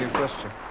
question